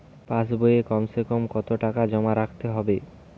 পাশ বইয়ে কমসেকম কত টাকা জমা রাখতে হবে?